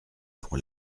pour